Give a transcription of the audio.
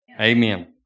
Amen